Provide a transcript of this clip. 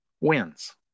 wins